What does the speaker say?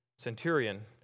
Centurion